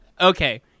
Okay